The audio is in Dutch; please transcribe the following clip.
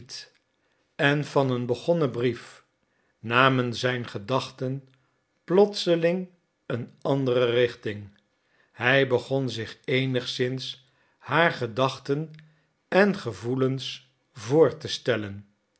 en van een begonnen brief namen zijn gedachten plotseling een andere richting hij begon zich eenigszins haar gedachten en gevoelens voor te stellen